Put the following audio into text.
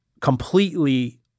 completely